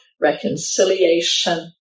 reconciliation